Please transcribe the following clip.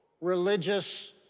religious